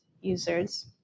users